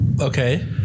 Okay